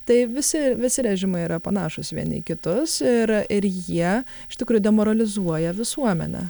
tai visi visi režimai yra panašūs vieni į kitus ir ir jie iš tikrųjų demoralizuoja visuomenę